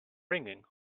ringing